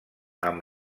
amb